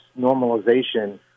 normalization